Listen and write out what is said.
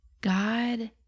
God